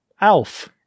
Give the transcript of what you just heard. ALF